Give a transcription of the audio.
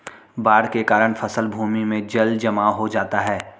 बाढ़ के कारण फसल भूमि में जलजमाव हो जाता है